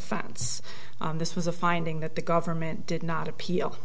offense this was a finding that the government did not appeal